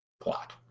plot